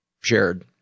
shared